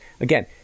Again